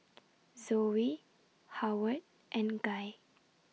Zoe Howard and Guy